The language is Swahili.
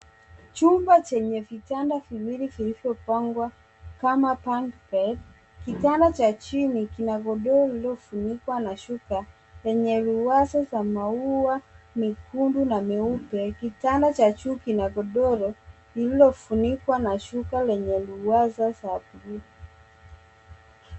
Chumba chenye vitanda viwili vilivyopangwa kama bunk bed . Kitanda cha chini kina godoro lililofunika na shuka lenye ruwaza za maua nyekundu na nyeupe. Kitanda cha juu kina godoro lililofunikwa na shuka lenye ruwaza za buluu.